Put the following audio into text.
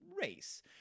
race